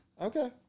Okay